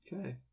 Okay